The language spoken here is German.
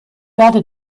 werde